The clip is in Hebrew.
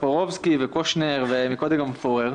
טופורובסקי וקושניר ומקודם גם פורר